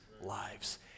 lives